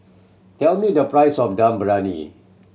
tell me the price of Dum Briyani